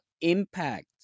impact